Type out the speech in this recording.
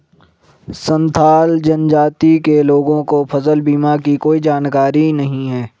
संथाल जनजाति के लोगों को फसल बीमा की कोई जानकारी नहीं है